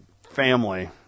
family